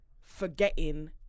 forgetting